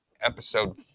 episode